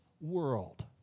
world